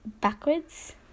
backwards